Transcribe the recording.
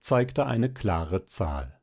zeigte eine klare zahl